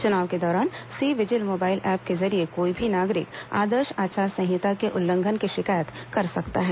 चुनाव के दौरान सी विजिल मोबाइल ऐप के जरिये कोई भी नागरिक आदर्श आचार संहिता के उल्लंघन की शिकायत कर सकता है